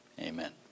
Amen